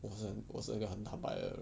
我是我是一个很坦白的